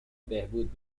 بهبود